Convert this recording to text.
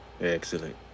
Excellent